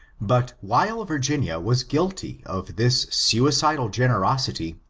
but while virginia was guilty of this suicidal generosity,